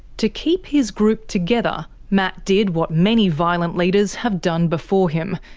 to keep his group together, matt did what many violent leaders have done before him,